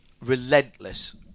relentless